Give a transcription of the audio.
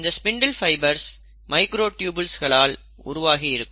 இந்த spindle fibres மைக்ரோட்யூபில்ஸ்களால் உருவாகி இருக்கும்